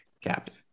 Captain